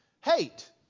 hate